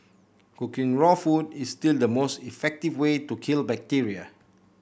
cooking raw food is still the most effective way to kill bacteria